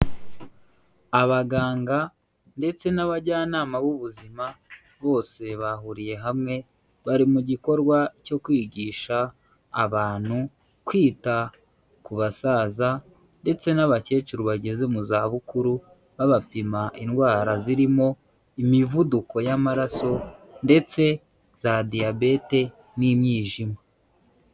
Abaganga ndetse n'abajyanama b'ubuzima bose bahuriye hamwe bari mu gikorwa cyo kwigisha abantu kwita ku basaza ndetse n'abakecuru bageze mu zabukuru, babapima indwara, zirimo imivuduko y'amaraso ndetse za diabetes n'imyijima.